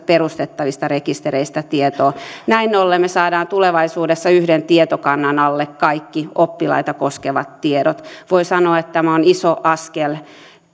perustettavista rekistereistä näin ollen me saamme tulevaisuudessa yhden tietokannan alle kaikki oppilaita koskevat tiedot voi sanoa että tämä on iso askel